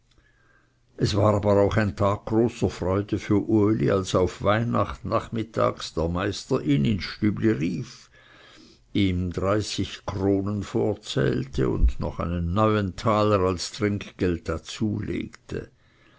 es war aber auch ein tag großer freude für uli als auf weihnacht nachmittags der meister ihn ins stübli rief ihm dreißig kronen vorzählte und noch einen neuentaler als trinkgeld dazulegte